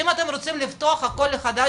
אם אתם רוצים לפתוח הכול מחדש,